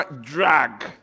drag